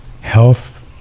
health